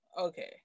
Okay